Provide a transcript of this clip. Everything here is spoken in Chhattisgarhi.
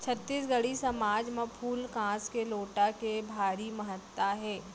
छत्तीसगढ़ी समाज म फूल कांस के लोटा के भारी महत्ता हे